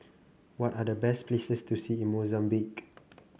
what are the best places to see in Mozambique